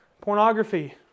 pornography